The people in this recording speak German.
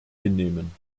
hinnehmen